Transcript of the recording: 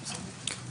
המידע.